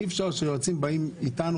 אי אפשר שיועצים באים איתנו,